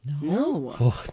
No